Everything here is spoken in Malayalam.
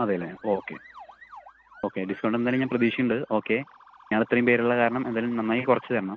അതെയല്ലേ ഓക്കെ ഓക്കെ ഡിസ്കൗണ്ട് എന്തായാലും ഞാൻ പ്രതീക്ഷിക്കുന്നുണ്ട് ഓക്കെ ഞങ്ങളിത്രയും പേരുള്ള കാരണം എന്തെങ്കിലും നന്നായി കുറച്ച് തരണം